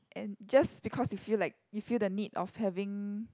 and just because you feel like you feel the need of having